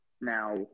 Now